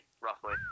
roughly